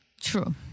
True